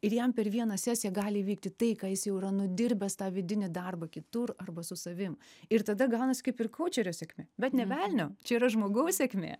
ir jam per vieną sesiją gali įvykti tai ką jis jau yra nudirbęs tą vidinį darbą kitur arba su savim ir tada gaunasi kaip ir kaučerio sėkmė bet nė velnio čia yra žmogaus sėkmė